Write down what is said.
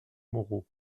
moreau